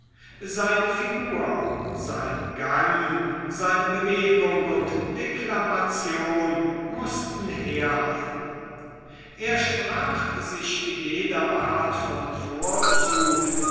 seine figur sein gang seine bewegung und deklamation mußten herhalten er sprach sich jede art von vorzug